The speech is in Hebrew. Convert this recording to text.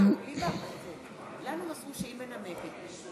היא ציינה שלושה יוזמים מתוך ארבעה.